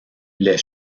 les